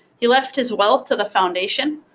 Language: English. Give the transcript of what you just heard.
he left his wealth to the foundation,